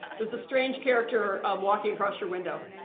there's a strange character walking across your window.